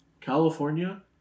California